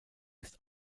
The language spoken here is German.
ist